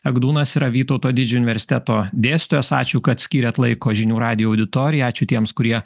agdūnas yra vytauto didžiojo universiteto dėstytojas ačiū kad skyrėt laiko žinių radijo auditorijai ačiū tiems kurie